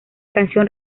canción